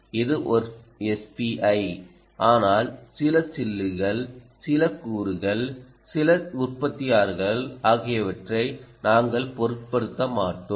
இது ஒரு எஸ்பிஐ ஆனால் சில சில்லுகள் சில கூறுகள் சில உற்பத்தியாளர்கள் ஆகியவற்றை நாங்கள் பொருட்படுத்த மாட்டோம்